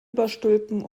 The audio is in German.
überstülpen